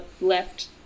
left